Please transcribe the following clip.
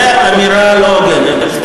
זה אמירה לא הוגנת,